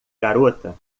garota